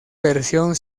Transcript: versión